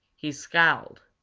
he scowled.